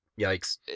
Yikes